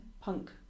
punk